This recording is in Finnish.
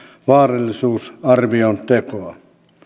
vaarallisuusarvion tekoa